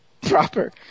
Proper